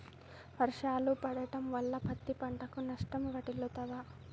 వర్షాలు పడటం వల్ల పత్తి పంటకు నష్టం వాటిల్లుతదా?